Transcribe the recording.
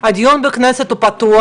הוא שהדיון בכנסת הוא פתוח,